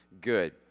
Good